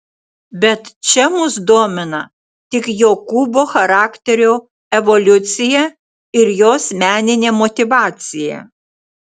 bet čia mus domina tik jokūbo charakterio evoliucija ir jos meninė motyvacija